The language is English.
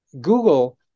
Google